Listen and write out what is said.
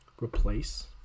replace